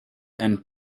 and